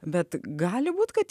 bet gali būt kad